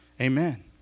Amen